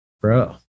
bro